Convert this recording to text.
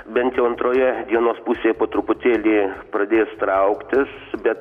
bent jau antroje dienos pusėje po truputėlį pradės trauktis bet